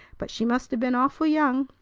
but she must have been awful young.